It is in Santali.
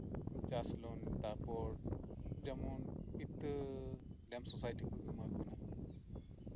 ᱪᱟᱥ ᱞᱳᱱ ᱛᱟᱨᱯᱚᱨ ᱡᱮᱢᱚᱱ ᱤᱛᱟᱹ ᱞᱮᱢᱯ ᱥᱳᱥᱟᱭᱴᱤ ᱠᱷᱚᱱ ᱠᱚ ᱮᱢᱟ ᱠᱚ ᱠᱟᱱᱟ